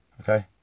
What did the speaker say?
Okay